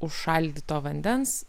užšaldyto vandens